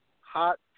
hot